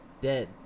dead